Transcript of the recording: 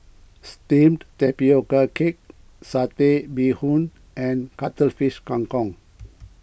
Steamed Tapioca Cake Satay Bee Hoon and Cuttlefish Kang Kong